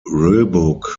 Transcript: roebuck